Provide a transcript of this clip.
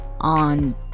on